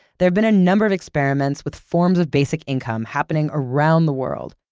there've been a number of experiments with forms of basic income happening around the world.